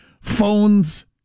phones